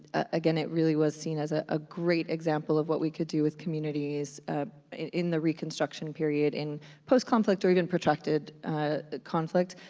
again, it really was seen as a ah great example of what we could do with communities in the reconstruction period in post-conflict or even protracted conflict.